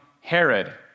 Herod